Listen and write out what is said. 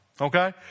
okay